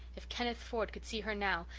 if kenneth ford could see her now,